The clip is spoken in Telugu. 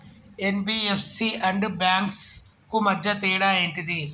ఎన్.బి.ఎఫ్.సి అండ్ బ్యాంక్స్ కు మధ్య తేడా ఏంటిది?